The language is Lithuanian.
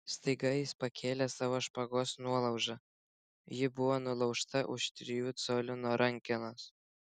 staiga jis pakėlė savo špagos nuolaužą ji buvo nulaužta už trijų colių nuo rankenos